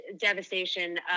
devastation